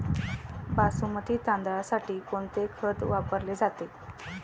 बासमती तांदळासाठी कोणते खत वापरले जाते?